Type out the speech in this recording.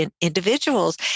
individuals